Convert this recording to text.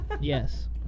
Yes